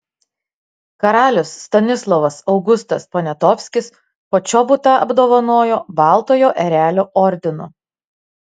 karalius stanislovas augustas poniatovskis počobutą apdovanojo baltojo erelio ordinu